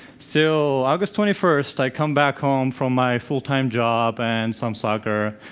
so august twenty first, i come back home from my full-time job and some soccer,